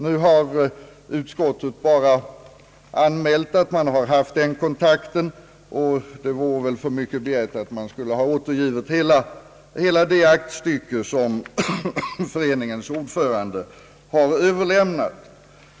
Nu har utskottet bara anmält att man haft kontakt med denna förening, och det vore väl för mycket begärt att man skulle återge hela det aktstycke som föreningens ordförande överlämnat.